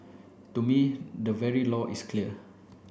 to me the very law is clear